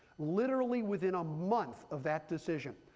literally within a month of that decision,